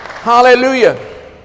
hallelujah